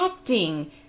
acting